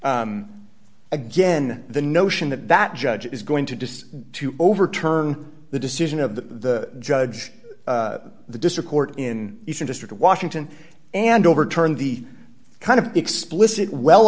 again the notion that that judge is going to decide to overturn the decision of the judge the district court in eastern district washington and overturn the kind of explicit well